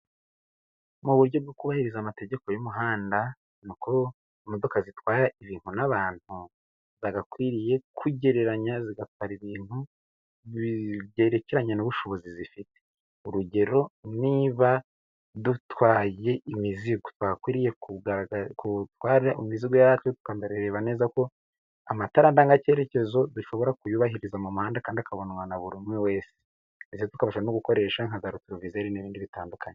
Mu buryo bwo kubahiriza amategeko y'umuhanda, ni uko imodoka zitwara ibintu n’abantu zagakwiriye kugereranya, zigatwara ibintu byerekeranye n’ubushobozi zifite. Urugero: niba dutwaye imizigo, twagakwiriye gutwara imizigo yacu tukanareba neza ko amatara ndangacyerekezo dushobora kuyubahiriza mu muhanda kandi akabonwa na buri umwe wese. Ndetse tukabasha no gukoresha na za retorovizeri n’ibindi bitandukanye.